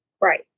Right